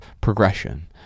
progression